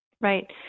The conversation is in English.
Right